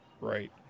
Right